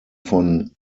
von